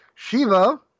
Shiva